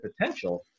potential